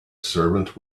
servant